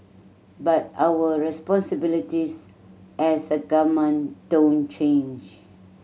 but our responsibilities as a government don't change